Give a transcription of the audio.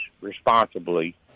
responsibly